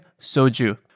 soju